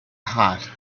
hot